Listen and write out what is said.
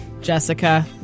Jessica